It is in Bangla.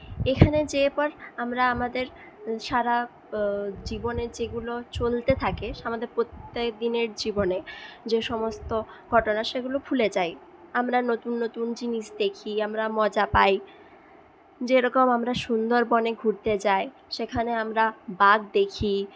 এখানে যেয়ে পর আমরা আমাদের সারা জীবনের যেগুলো চলতে থাকে আমাদের প্রত্যেকদিনের জীবনে যে সমস্ত ঘটনা সেগুলো ভুলে যাই আমরা নতুন নতুন জিনিস দেখি আমরা মজা পাই যেরকম আমরা সুন্দরবনে ঘুরতে যাই সেখানে আমরা বাঘ দেখি